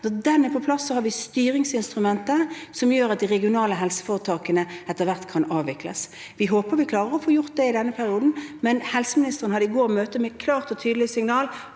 Når den er på plass, har vi styringsinstrumentet som vil gjøre at de regionale helseforetakene etter hvert kan avvikles. Vi håper vi klarer å få gjort det i denne perioden. Helseministeren holdt i går et møte med et klart og tydelig signal: